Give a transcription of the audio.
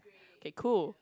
okay cool